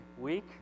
week